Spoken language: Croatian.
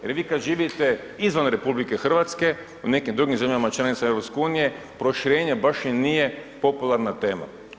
Jel vi kada živite izvan RH u nekim drugim zemljama članicama EU proširenje baš i nije popularna tema.